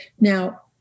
Now